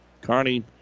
Carney